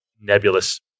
nebulous